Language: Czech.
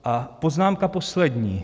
A poznámka poslední.